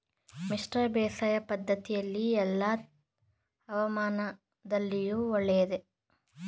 ಮಿಶ್ರ ಬೇಸಾಯ ಪದ್ದತಿಯು ಎಲ್ಲಾ ಹವಾಮಾನದಲ್ಲಿಯೂ ಒಳ್ಳೆಯದೇ?